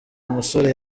musore